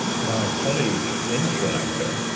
my colleague in sri lanka,